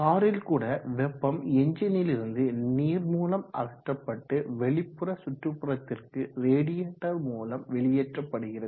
காரில் கூட வெப்பம் என்ஜினிலிருந்து நீர் மூலம் அகற்றப்பட்டு வெளிப்புற சுற்றுப்புறத்திற்கு ரேடியேட்டர் மூலம் வெளியேற்றப்படுகிறது